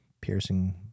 piercing